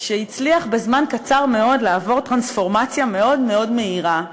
שהצליח בזמן קצר מאוד לעבור טרנספורמציה מאוד מאוד מהירה,